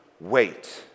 Wait